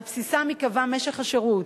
על בסיסם ייקבע משך השירות,